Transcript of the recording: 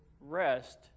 Rest